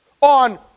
on